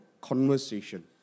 Conversation